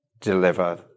deliver